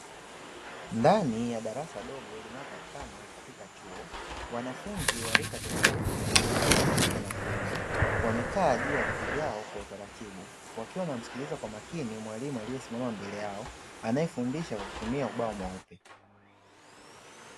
Ndani ya darasa dogo linalopatikana katika chuo, wanafunzi wa rika tofauti na jinsia ya kike na kiume, wamekaa juu ya viti vyao kwa utaratibu. Wakiwa wanamsikiliza kwa makini mwalimu aliyesimama mbele yao, anayefundisha kwa kutumia ubao mweupe.